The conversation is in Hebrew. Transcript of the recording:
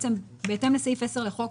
בהתאם לסעיף 10 לחוק